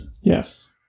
Yes